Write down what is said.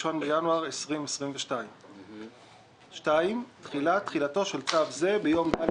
בינואר 2022). תחילה 2. תחילתו של צו זה ביום ד'